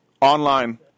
online